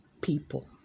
people